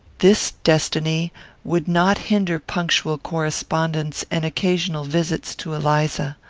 this destiny would not hinder punctual correspondence and occasional visits to eliza.